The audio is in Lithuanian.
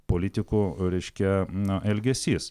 politikų reiškia na elgesys